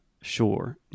sure